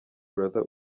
brother